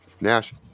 Nash